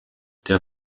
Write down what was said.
der